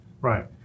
Right